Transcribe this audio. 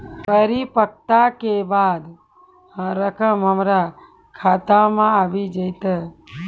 परिपक्वता के बाद रकम हमरा खाता मे आबी जेतै?